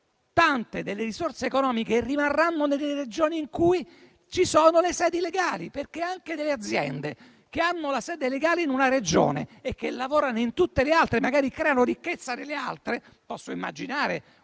tante delle risorse economiche rimarranno nelle Regioni in cui ci sono le sedi legali. Penso alle aziende che hanno la sede legale in una Regione e che lavorano in tutte le altre, magari creando ricchezza. Immagino,